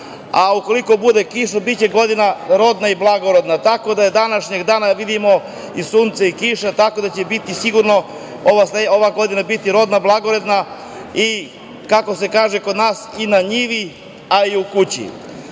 a ukoliko bude kiše, biće godina rodna i blagorodna. Tako da, današnjeg dana vidimo i sunce i kišu, tako da će biti sigurno ova godina rodna, blagorodna i, kako se kaže kod nas, i na njivi, a i kući. Još